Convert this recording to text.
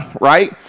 Right